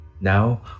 Now